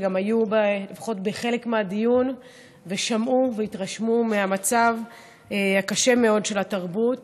שגם היו לפחות בחלק מהדיון ושמעו והתרשמו מהמצב הקשה מאוד של התרבות.